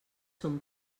són